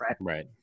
Right